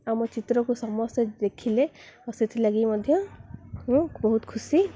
ଆଉ ମୋ ଚିତ୍ରକୁ ସମସ୍ତେ ଦେଖିଲେ ଆଉ ସେଥିଲାଗି ମଧ୍ୟ ମୁଁ ବହୁତ ଖୁସି